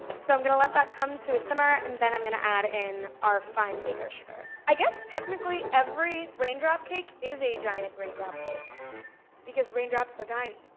so i'm gonna let that come to a simmer and then i'm gonna add in our fine baker's sugar. i guess technically every rain drop cake is a giant rain drop cake because raindrops are tiny.